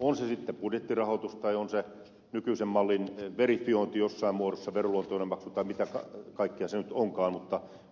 on se sitten budjettirahoitus tai on se nykyisen mallin verifiointi jossain muodossa veronluontoinen maksu tai mitä kaikkea se nyt onkaan